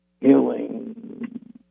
healing